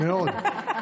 מאוד.